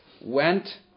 went